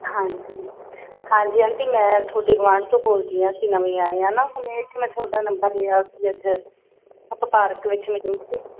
ਹਾਂਜੀ ਹਾਂਜੀ ਆਂਟੀ ਮੈਂ ਤੁਹਾਡੀ ਗੁਆਂਢ ਤੋਂ ਬੋਲਦੀ ਹਾਂ ਅਸੀਂ ਨਵੀਂ ਆਈ ਆ ਨਾ ਹੁਣ ਇੱਕ ਮੈਂ ਤੁਹਾਡਾ ਨੰਬਰ ਲਿਆ ਸੀ ਅੱਜ ਆਪਾਂ ਪਾਰਕ ਵਿੱਚ ਮਿਲੇ ਸੀ